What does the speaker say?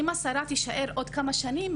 אם השרה תישאר עוד כמה שנים,